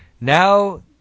Now